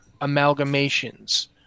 amalgamations